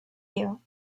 you